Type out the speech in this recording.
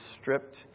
stripped